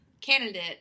candidate